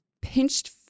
pinched